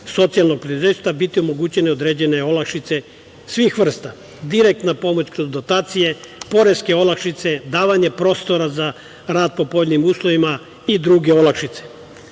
socijalnog preduzetništva biti omogućene određene olakšice svih vrsta – direktna pomoć kroz dotacije, poreske olakšice, davanje prostora za rad po povoljnim uslovima i druge olakšice,